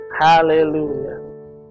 Hallelujah